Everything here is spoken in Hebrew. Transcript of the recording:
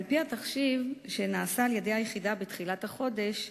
על-פי התחשיב שנעשה על-ידי היחידה בתחילת החודש,